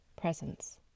presence